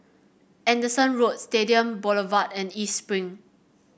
Anderson Road Stadium Boulevard and East Spring